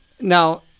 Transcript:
now